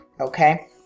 okay